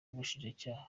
ubushinjacyaha